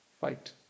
Fight